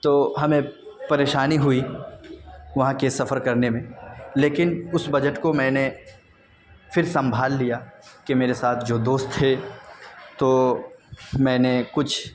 تو ہمیں پریشانی ہوئی وہاں کے سفر کرنے میں لیکن اس بجٹ کو میں نے پھر سنبھال لیا کہ میرے ساتھ جو دوست تھے تو میں نے کچھ